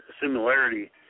similarity